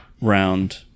round